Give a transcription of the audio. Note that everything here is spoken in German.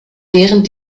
während